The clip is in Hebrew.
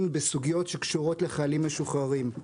בסוגיות שקשורות לחיילים משוחררים.